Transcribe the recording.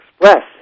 express